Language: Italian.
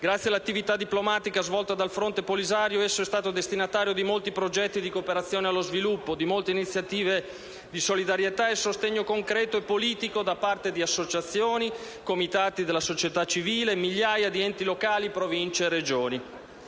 grazie all'attività diplomatica svolta dal Fronte Polisario esso è stato destinatario di molti progetti di cooperazione allo sviluppo, di molte iniziative di solidarietà e sostegno concreto e politico da parte di associazioni e comitati della società civile, di migliaia di enti locali, Province e Regioni.